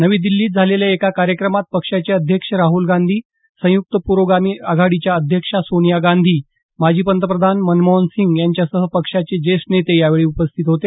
नवी दिल्लीत झालेल्या एका कार्यक्रमात पक्षाचे अध्यक्ष राहल गांधी संयुक्त प्रोगामी आघाडीच्या अध्यक्ष सोनिया गांधी माजी पंतप्रधान मनमोहनसिंह यांच्यासह पक्षाचे ज्येष्ठ नेते यावेळी उपस्थित होते